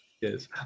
Yes